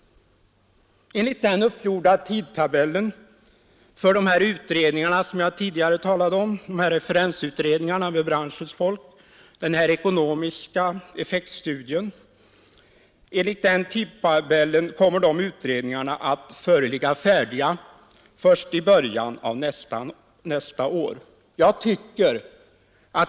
Enligt den uppgjorda tidtabellen för utredningarna — referensutredningarna med branschens folk och den ekonomiska effektstudien — kommer dessa att vara färdiga först i början av nästa år.